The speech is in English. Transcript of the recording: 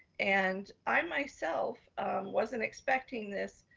and i, myself wasn't expecting this,